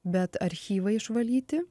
bet archyvai išvalyti